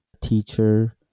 teacher